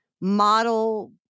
model